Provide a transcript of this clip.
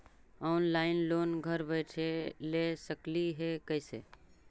Online loan घर बैठे ले सकली हे, कैसे?